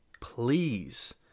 please